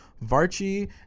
Varchi